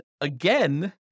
again